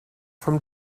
from